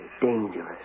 dangerous